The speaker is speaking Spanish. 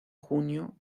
junio